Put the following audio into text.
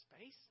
space